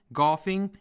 golfing